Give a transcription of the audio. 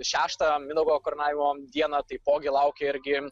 šeštą mindaugo karūnavimo dieną taipogi laukia irgi